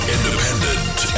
Independent